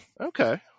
Okay